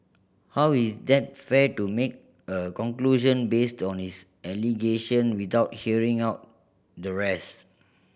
how is that fair to make a conclusion based on his allegation without hearing out the rest